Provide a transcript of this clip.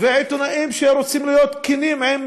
ועיתונאים שרוצים להיות כנים עם